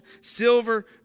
silver